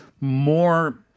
More